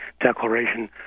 declaration